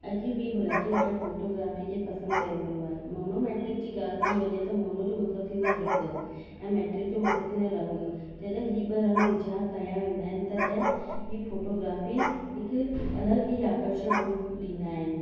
अॼु बि black and white photography खे पसंदि कयो वेंदो आहे मोनोमैट्रिक जी ॻाल्हि कि वञे त मोनो जो मतिलबु थींदो आहे हिकु ऐं मैट्रिक जो मतिलबु थींदो आहे रंग जॾहिं ही ॿ वीचार कया वेंदा आहिनि तॾहिं ही फ़ोटोग्राफी हिकु अलॻि ई आकर्षक रूप ॾींदा आहिनि